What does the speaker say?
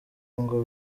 ngo